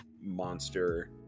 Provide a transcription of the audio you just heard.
monster